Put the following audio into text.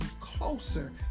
closer